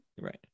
Right